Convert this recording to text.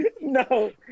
No